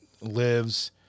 lives